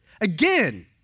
Again